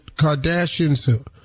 Kardashians